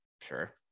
Sure